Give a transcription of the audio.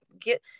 get